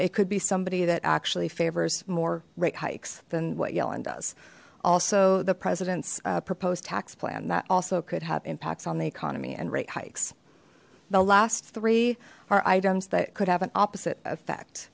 it could be somebody that actually favors more rate hikes than what yellen does also the president's proposed tax plan that also could have impacts on the economy and rate hikes the last three are items that could have an opposite